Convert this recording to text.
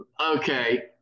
Okay